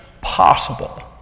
possible